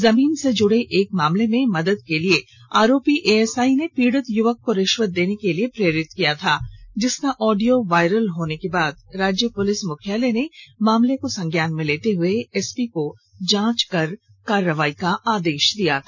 जमीन से जुड़े एक मामले में मदद के लिए आरोपी एएसआई ने पीड़ित युवक को रिश्वत देने के लिए प्रेरित किया था जिसका ऑडियो वायरल होने के बाद राज्य पुलिस मुख्यालय ने मामले को संज्ञान में लेते हुए एसपी को जांच कर कार्रवाई का आदेश दिया था